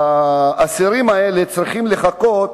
האסירים האלה צריכים לחכות